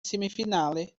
semifinali